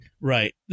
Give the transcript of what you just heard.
Right